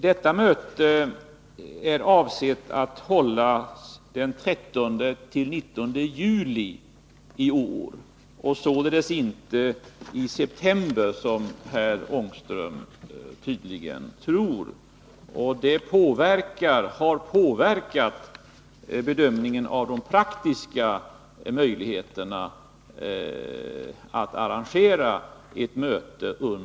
Detta möte är avsett att hållas den 13-19 juli i år och således inte i september, som herr Ångström tydligen tror. Det har påverkat bedömningen av de praktiska möjligheterna att arrangera detta möte.